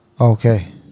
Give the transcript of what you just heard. okay